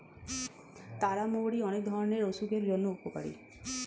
তারা মৌরি অনেক ধরণের অসুখের জন্য উপকারী